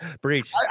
Breach